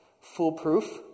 foolproof